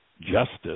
justice